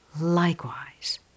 likewise